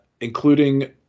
including